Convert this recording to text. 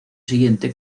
siguiente